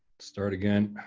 start again.